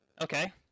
Okay